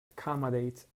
accommodate